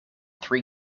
three